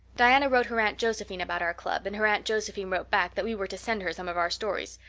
diana wrote her aunt josephine about our club and her aunt josephine wrote back that we were to send her some of our stories.